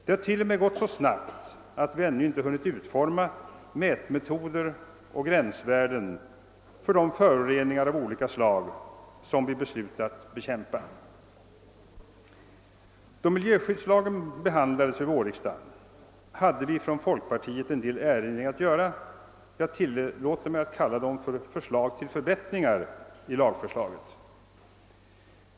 Det har t.o.m. gått så snabbt att vi ännu inte hunnit utforma mätmetoder och gränsvärden för de föroreningar av olika slag som vi beslutat bekämpa. vårriksdagen hade vi från folkpartiet en del erinringar att göra; jag tillåter mig kalla dem förslag till förbättringar i lagförslaget.